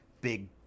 big